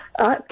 okay